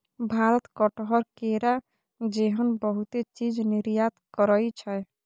भारत कटहर, केरा जेहन बहुते चीज निर्यात करइ छै